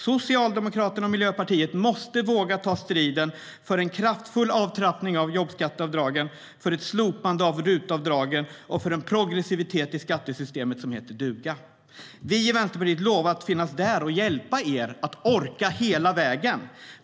Socialdemokraterna och Miljöpartiet måste våga ta striden för en kraftfull avtrappning av jobbskatteavdragen, för ett slopande av RUT-avdraget och för en progressivitet i skattesystemet som heter duga. Vi i Vänsterpartiet lovar att finnas där och hjälpa er att orka hela vägen.